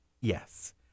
yes